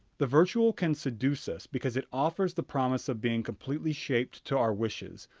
the virtual can seduce us because it offers the promise of being completely shaped to our wishes,